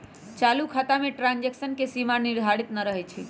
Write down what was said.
चालू खता में ट्रांजैक्शन के सीमा निर्धारित न रहै छइ